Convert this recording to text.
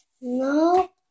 no